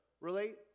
relate